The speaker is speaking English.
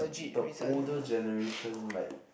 the older generation like